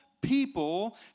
people